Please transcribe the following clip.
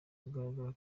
kugaragara